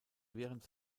während